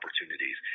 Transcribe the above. opportunities